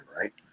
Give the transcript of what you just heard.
right